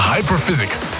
Hyperphysics